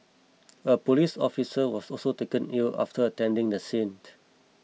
a police officer was also taken ill after attending the scene